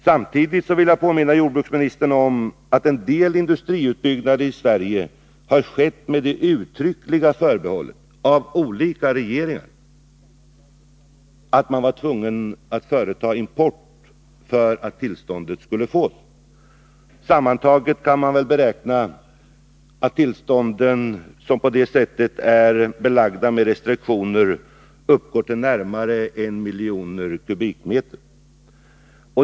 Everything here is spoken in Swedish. Samtidigt vill jag påminna jordbruksministern om att en del industriutbyggnader i Sverige har skett med det uttryckliga förbehållet av olika regeringar att man var tvungen att företa import för att tillstånden skulle beviljas. Sammantaget kan beräknas att tillstånd som på det sättet är belagda med restriktioner gäller import av närmare 1 miljon kubikmeter ved.